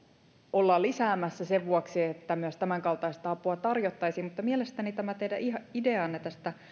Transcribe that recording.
ollaan lisäämässä sen vuoksi että myös tämänkaltaista apua tarjottaisiin mutta mielestäni tämä teidän ideanne